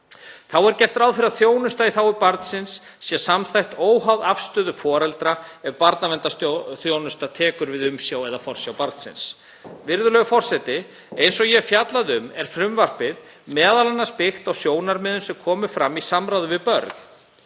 Þá er gert ráð fyrir að þjónusta í þágu barnsins sé samþætt óháð afstöðu foreldra ef barnaverndarþjónusta tekur við umsjá eða forsjá barnsins. Virðulegur forseti. Eins og ég fjallaði um er frumvarpið m.a. byggt á sjónarmiðum sem komu fram í samráði við börn.